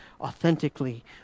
authentically